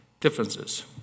Differences